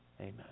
Amen